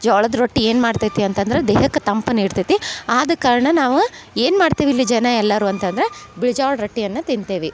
ಜ್ವಾಳದ ರೊಟ್ಟಿ ಏನು ಮಾಡ್ತೈತಿ ಅಂತಂದ್ರ ದೇಹಕ್ಕೆ ತಂಪು ನೀಡ್ತೈತಿ ಆದ ಕಾರಣ ನಾವು ಏನು ಮಾಡ್ತಿವಿ ಇಲ್ಲಿ ಜನ ಎಲ್ಲರು ಅಂತಂದ್ರ ಬಿಳ್ ಜ್ವಾಳ ರೊಟ್ಟಿಯನ್ನ ತಿಂತೇವಿ